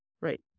Right